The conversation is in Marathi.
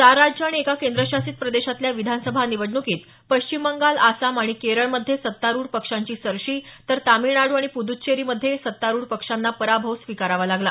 चार राज्य आणि एका केंद्रशासित प्रदेशातल्या विधानसभा निवडण्कीत पश्चिम बंगाल आसाम आणि केरळमध्ये सत्तारुढ पक्षांची सरशी तर तामिळनाडू आणि पृद्दचेरीमध्ये सत्तारुढ पक्षांना पराभव स्वीकारावा लागला